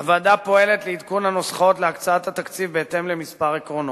הוועדה פועלת לעדכון הנוסחאות להקצאת התקציב בהתאם לכמה עקרונות: